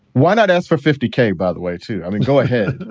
why not ask for fifty k? by the way, too. i mean, go ahead.